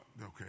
okay